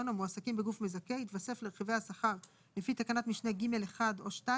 (ד) אנחנו אומרים שלרכיבי השכר לפי תקנת משנה (ג)(1) ו-(2)